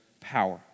power